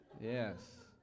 yes